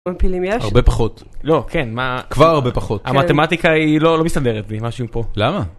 הרבה פחות, לא כן מה, כבר הרבה פחות, המתמטיקה היא לא מסתדרת לי משהו פה, למה.